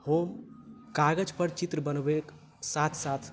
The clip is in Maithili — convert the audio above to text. हम कागज पर चित्र बनबैक साथ साथ